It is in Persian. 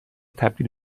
تبدیل